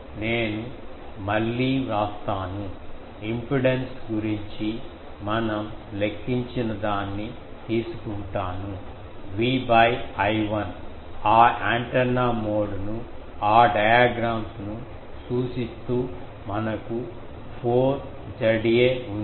నేను మళ్ళీ వ్రాస్తాను ఇంపిడెన్స్ గురించి మనం లెక్కించిన దాన్ని తీసుకుంటాను V I1 ఆ యాంటెన్నా మోడ్ను ఆ డయాగ్రమ్స్ ను సూచిస్తూ మనకు 4 Za ఉంది